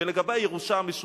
ולגבי הירושה המשותפת,